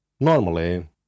Normally